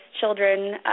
children